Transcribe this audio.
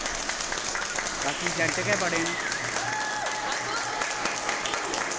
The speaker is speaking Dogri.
बाकी अजैंट गै बड़े न